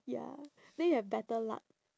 ya then you'll have better luck